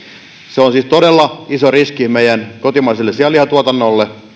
se on siis todella iso riski meidän kotimaiselle sianlihatuotannolle